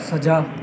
ਸੱਜਾ